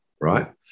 right